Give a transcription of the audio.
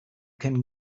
can